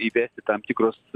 įvesti tam tikrus